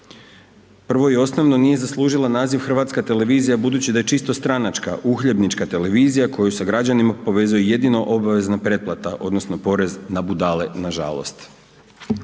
Prvo i osnovno nije zaslužila naziv HRT budući da je čisto stranačka, uhljebnička televizija koju sa građanima povezuje obavezna pretplata odnosno porez na bude nažalost.